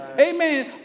Amen